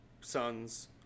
sons